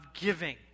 giving